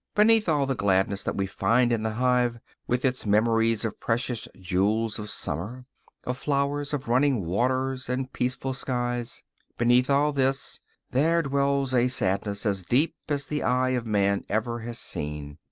beneath all the gladness that we find in the hive, with its memories of precious jewels of summer of flowers, of running waters and peaceful skies beneath all this there dwells a sadness as deep as the eye of man ever has seen.